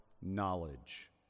knowledge